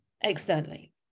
externally